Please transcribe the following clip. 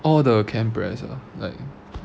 all the camp press ah like